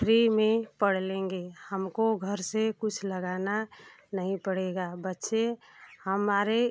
free में पढ़ लेंगे हमको घर से कुछ लगाना नहीं पड़ेगा बच्चे हमारे